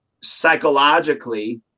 psychologically